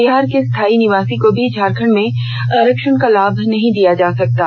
बिहार के स्थायी निवासी को भी झारखंड में आरक्षण का लाभ नहीं दिया जा सकता है